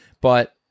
but-